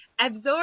absorb